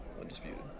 undisputed